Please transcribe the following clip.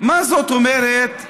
מה זאת אומרת שעם,